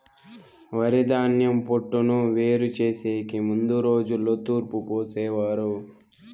వరిధాన్యం పొట్టును వేరు చేసెకి ముందు రోజుల్లో తూర్పు పోసేవారు